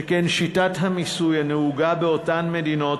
שכן שיטת המיסוי הנהוגה באותן מדינות